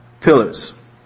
pillars